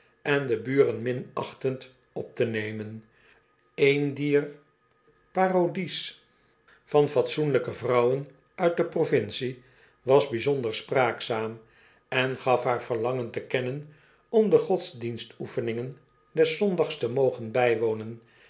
en do buren minachtend op te nemen een dier parodies van fatsoenlijke vrouwen uit de provincie was bijzonder spraakzaam en gaf haar verlangen te kennen om de godsdienstoefeningen des zondags te mogen bijwonen